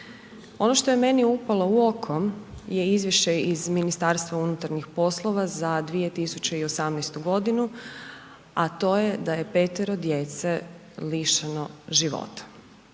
Ono što je meni upalo u oko je Izvješće iz Ministarstva unutarnjih poslova za 2018. godinu a to je da je petero djece lišeno života.